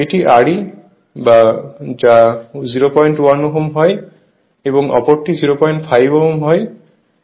এটি Re যা 01 Ω হয় এবং অপরটি 05 Ω এর হয়